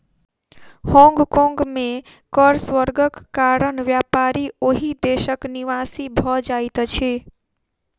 Hong Kong में कर स्वर्गक कारण व्यापारी ओहि देशक निवासी भ जाइत अछिं